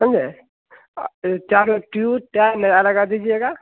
समझे आ चारो ट्यू टायर नया लगा दीजिएगा